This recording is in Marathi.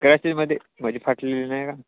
क्रचीसमधे मध्ये फाटलेले नाही का